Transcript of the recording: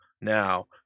Now